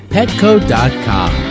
Petco.com